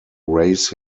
race